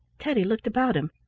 teddy looked about him.